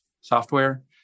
software